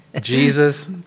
Jesus